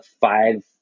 five